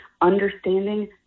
understanding